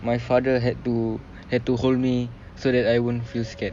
my father had to had to hold me so that I won't feel scared